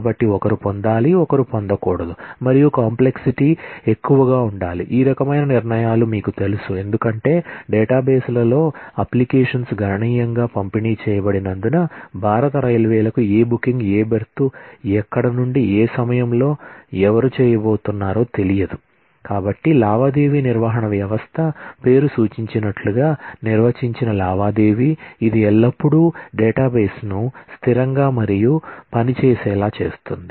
కాబట్టి ఒకరు పొందాలి ఒకరు పొందకూడదు మరియు కాంప్లెక్సిటీ ను చేస్తుంది